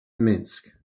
minsk